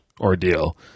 ordeal